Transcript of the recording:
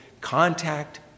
contact